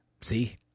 see